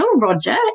Roger